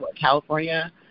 California